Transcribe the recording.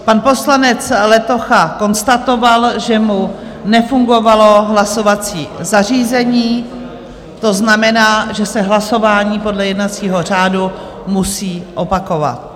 Pan poslanec Letocha konstatoval, že mu nefungovalo hlasovací zařízení, to znamená, že se hlasování podle jednacího řádu musí opakovat.